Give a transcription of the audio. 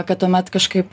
kad tuomet kažkaip